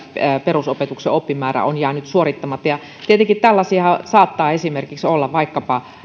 perusopetuksen oppimäärä on jäänyt suorittamatta tietenkin saattaa esimerkiksi olla vaikkapa